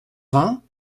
vingts